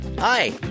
Hi